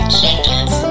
chickens